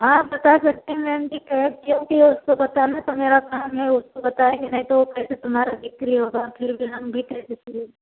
आप बता सकते मैम जी क्योंकि वह उससे बताना कि मेरा काम है उसको बताएँगी नहीं तो कैसे तुम्हारा बिक्री होगा फिर